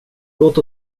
låt